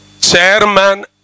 chairman